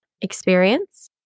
experience